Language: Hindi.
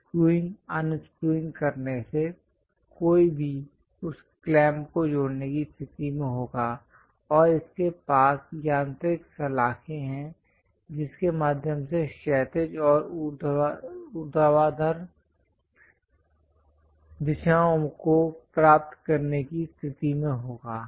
स्क्रूइंग अनस्क्रूइंग करने से कोई भी उस क्लैंप को जोड़ने की स्थिति में होगा और इसके पास यांत्रिक सलाखों है जिसके माध्यम से क्षैतिज और ऊर्ध्वाधर दिशाओं को प्राप्त करने की स्थिति में होगा